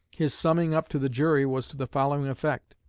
his summing-up to the jury was to the following effect